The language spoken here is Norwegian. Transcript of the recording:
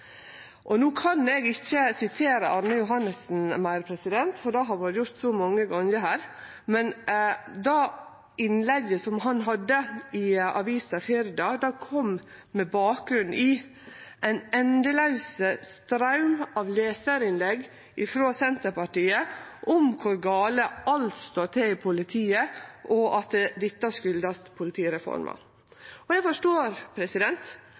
No kan eg ikkje sitere Arne Johannessen meir, for det har vore gjort så mange gonger her, men det innlegget han hadde i avisa Firda, kom med bakgrunn i ein endelaus straum av lesarinnlegg frå Senterpartiet om kor gale alt står til i politiet, og at dette kjem av politireforma. Eg forstår